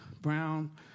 Brown